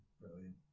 Brilliant